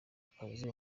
akazi